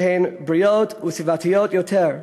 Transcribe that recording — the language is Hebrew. שהם בריאים וסביבתיים יותר.